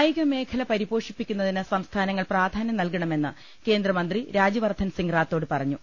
കായിക മേഖല പരിപോഷിപ്പിക്കുന്നതിന് സംസ്ഥാനങ്ങൾ പ്രാധാന്യം നൽകണമെന്ന് കേന്ദ്രമന്ത്രി രാജ്യവർദ്ധൻസിംഗ് റാത്തോഡ് പറഞ്ഞു